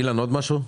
אילן, עוד משהו?